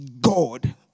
God